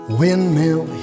windmill